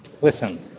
Listen